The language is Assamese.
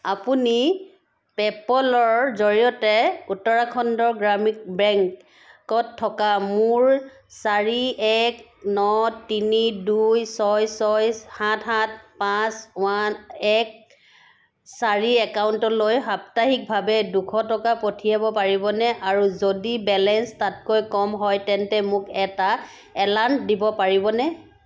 আপুনি পে'পলৰ জৰিয়তে উত্তৰাখণ্ড গ্ৰামীণ বেংকত থকা মোৰ চাৰি এক ন তিনি দুই ছয় ছয় সাত সাত পাঁচ ওৱান এক চাৰি একাউণ্টলৈ সাপ্তাহিকভাৱে দুশ টকা পঠিয়াব পাৰিবনে আৰু যদি বেলেঞ্চ তাতকৈ কম হয় তেন্তে মোক এটা এলাৰ্ম দিব পাৰিবনে